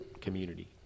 community